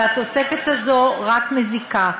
והתוספת הזאת רק מזיקה,